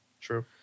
True